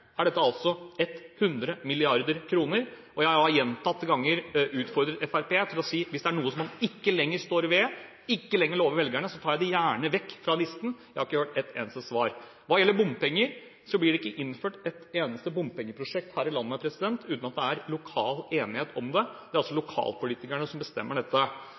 er dette 100 mrd. kr. Jeg har gjentatte ganger utfordret Fremskrittspartiet til å si det hvis det er noe som man ikke lenger står ved, ikke lenger lover velgerne. Da tar jeg det gjerne vekk fra listen. Jeg har ikke fått et eneste svar. Hva gjelder bompenger, blir det ikke innført et eneste bompengeprosjekt her i landet uten at det er lokal enighet om det. Det er altså lokalpolitikerne som bestemmer dette.